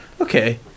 okay